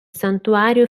santuario